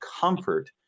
comfort